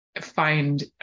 find